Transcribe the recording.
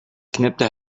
knipte